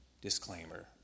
disclaimer